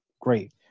great